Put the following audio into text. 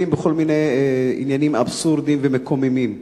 בכל מיני עניינים אבסורדיים ומקוממים.